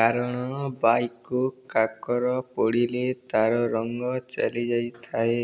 କାରଣ ବାଇକ୍କୁ କାକର ପଡ଼ିଲେ ତା'ର ରଙ୍ଗ ଚାଲିଯାଇଥାଏ